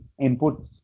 inputs